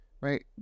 right